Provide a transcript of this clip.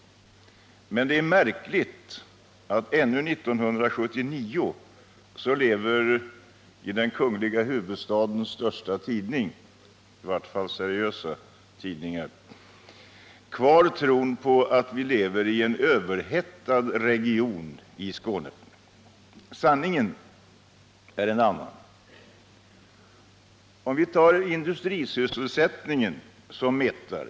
Men det är märkligt att tron på att vi i Skåne lever i en överhettad region ännu 1979 lever kvar i den kungliga huvudstadens största seriösa tidning. Sanningen är en annan. Vi kan ta industrisysselsättningen som en mätare.